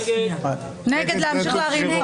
נפל.